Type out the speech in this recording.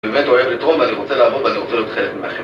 באמת אוהב לתרום ואני רוצה לעבוד ואני רוצה להיות חלק ממכם